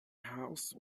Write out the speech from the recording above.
house